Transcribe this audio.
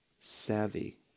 savvy